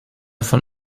von